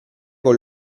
con